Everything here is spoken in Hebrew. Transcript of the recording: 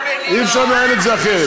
אי-אפשר לנהל את זה אחרת.